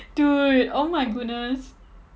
dude oh my goodness